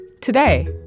Today